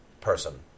person